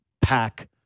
pack